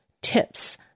tips